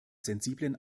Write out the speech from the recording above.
sensiblen